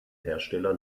hersteller